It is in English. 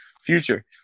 future